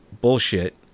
bullshit